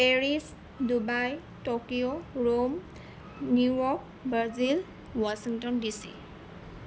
Paris Dubai Tokyo Rome New York Brazil Washington DC